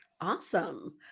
Awesome